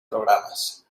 programas